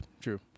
True